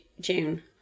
June